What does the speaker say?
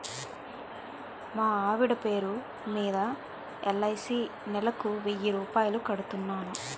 మా ఆవిడ పేరు మీద ఎల్.ఐ.సి నెలకు వెయ్యి రూపాయలు కడుతున్నాను